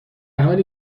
حالی